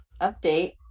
Update